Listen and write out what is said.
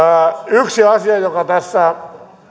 yksi asia joka tässä